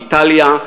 איטליה,